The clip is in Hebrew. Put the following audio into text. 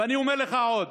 אני אומר לך עוד,